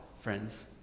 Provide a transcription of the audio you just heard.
friends